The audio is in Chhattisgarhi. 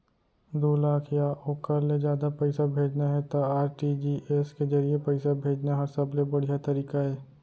दू लाख या ओकर ले जादा पइसा भेजना हे त आर.टी.जी.एस के जरिए पइसा भेजना हर सबले बड़िहा तरीका अय